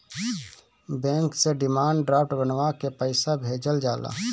bank से demand draft बनवा के पईसा भेजल जाला